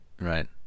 Right